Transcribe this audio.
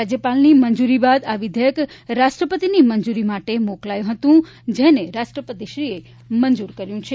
રાજ્યપાલની મંજુરી બાદ આ વિધેયક રાષ્ટ્રપતિની મંજુરી માટે મોકલાયું હતું જેને રાષ્ટ્રપતિશ્રી એ મંજુર કર્યું છે